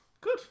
Good